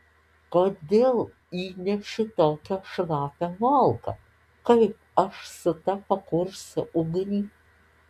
kodėl įneši tokią šlapią malką kaip aš su ta pakursiu ugnį